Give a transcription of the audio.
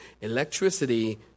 electricity